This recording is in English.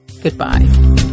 goodbye